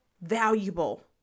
valuable